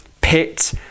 pit